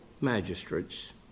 magistrates